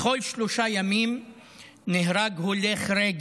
בכל שלושה ימים נהרג הולך רגל,